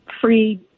Free